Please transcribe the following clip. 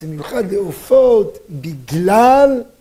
במיוחד לעופות בגלל...